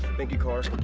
thank you, car.